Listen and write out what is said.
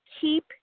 keep